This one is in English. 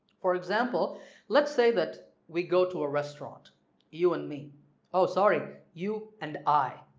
for example let's say that we go to a restaurant you and me oh sorry you and i,